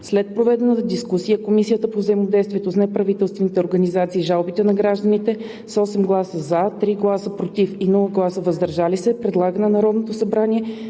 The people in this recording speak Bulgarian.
След проведената дискусия Комисията по взаимодействието с неправителствените организации и жалбите на гражданите с 8 гласа „за“, 3 гласа „против“ и без „въздържал се“ предлага на Народното събрание